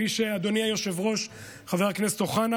כפי שאדוני היושב-ראש חבר הכנסת אוחנה,